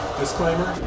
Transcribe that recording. disclaimer